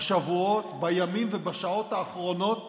בשבועות, בימים האחרונים ובשעות האחרונות